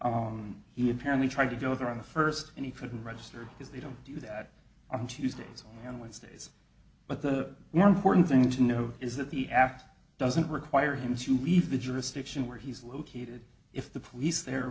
register he apparently tried to go there on the first and he couldn't register because they don't do that on tuesdays and wednesdays but the more important thing to note is that the act doesn't require him to leave the jurisdiction where he's located if the police there